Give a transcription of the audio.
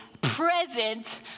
present